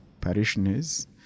parishioners